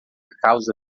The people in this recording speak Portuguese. causa